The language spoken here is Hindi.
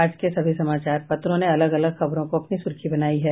आज के सभी समाचार पत्रों ने अलग अलग खबरों को अपनी सुर्खी बनायी है